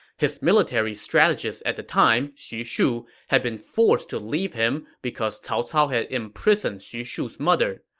his military strategist at the time, xu shu, had been forced to leave him because cao cao had imprisoned xu shu's mother.